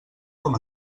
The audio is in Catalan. com